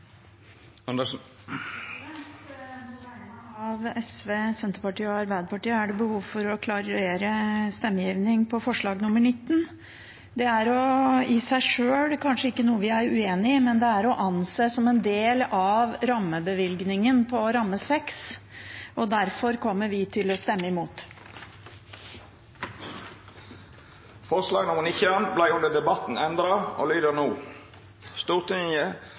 Arbeiderpartiet er det behov for å klargjøre stemmegivning på forslag nr. 19. Det er i seg selv kanskje ikke noe vi er uenig i, men det er å anse som en del av rammebevilgningen på rammeområde 6 og derfor kommer vi til å stemme imot. Forslag nr. 19 vart under debatten endra, og lyder